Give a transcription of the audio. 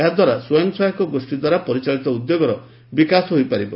ଏହାଦ୍ୱାରା ସ୍ୱୟଂ ସହାୟକ ଗୋଷୀଦ୍ୱାରା ପରିଚାଳିତ ଉଦ୍ୟୋଗର ବିକାଶ ହୋଇପାରିବ